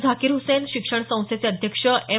झाकीर हुसैन शिक्षण संस्थेचे अध्यक्ष एम